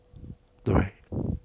对